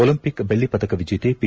Olympic ಬೆಳ್ಲಿ ಪದಕ ವಿಜೇತೆ ಪಿ